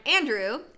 Andrew